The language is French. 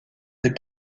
des